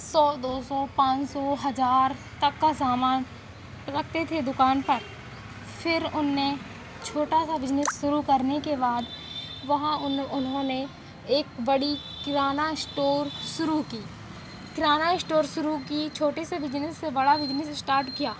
सौ दो सौ पाँच सौ हजार तक का सामान रखते थे दुकान पर फिर उन्होंने छोटा सा बिजनेस शुरू करने के बाद वहाँ उनो उन्होंने एक बड़ी किराना इस्टोर शुरू की किराना स्टोर शुरू की छोटे से बिजनेस से बड़ा बिजनेस इस्टार्ट किया